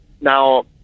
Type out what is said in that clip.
now